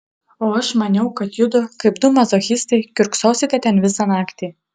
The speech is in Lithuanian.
o aš maniau kad judu kaip du mazochistai kiurksosite ten visą naktį